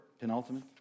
Penultimate